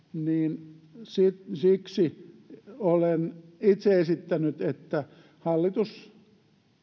niin siksi olen itse esittänyt että hallitus